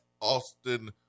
Austin